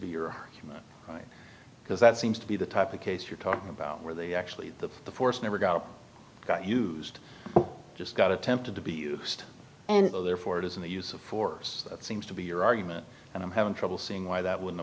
be your right because that seems to be the type of case you're talking about where they actually that the force never got used just got attempted to be used and so therefore it isn't the use of force that seems to be your argument and i'm having trouble seeing why that would